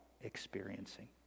experiencing